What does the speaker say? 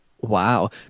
Wow